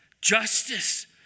justice